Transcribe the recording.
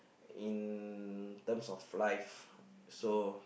in terms of life so